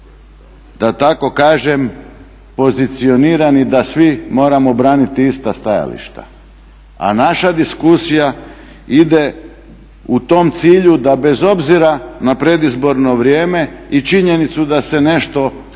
da tako kažem pozicionirani da svi moramo braniti ista stajališta. A naša diskusija ide u tom cilju da bez obzira na predizborno vrijeme i činjenicu da se nešto donosi